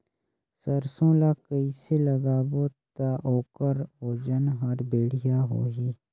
सरसो ला कइसे लगाबो ता ओकर ओजन हर बेडिया होही?